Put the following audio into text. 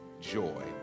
joy